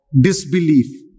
disbelief